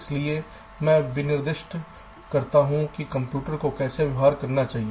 इसलिए मैं निर्दिष्ट करता हूं कि कंप्यूटर को कैसे व्यवहार करना चाहिए